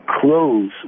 close